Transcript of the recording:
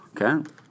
Okay